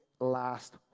last